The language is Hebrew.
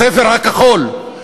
הספר הכחול,